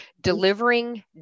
delivering